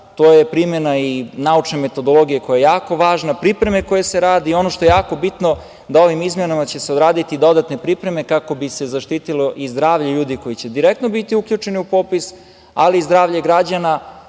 to je primena i naučne metodologije koja je jako važna, pripreme koje se rade i ono što je jako bitno, da ovim izmenama uradiće se dodatne pripreme kako bi se zaštitilo i zdravlje ljudi koji će biti direktno uključeni u popis, ali i zdravlje građana.